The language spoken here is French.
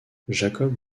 jacob